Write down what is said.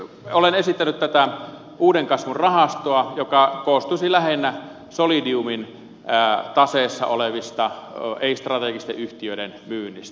olen esittänyt tätä uuden kasvun rahastoa joka koostuisi lähinnä solidiumin taseessa olevien ei strategisten yhtiöiden myynnistä